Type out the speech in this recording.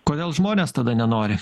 kodėl žmonės tada nenori